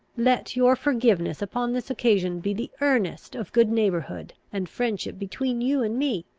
let your forgiveness upon this occasion be the earnest of good neighbourhood and friendship between you and me.